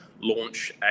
launch